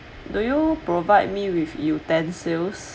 do you provide me with utensils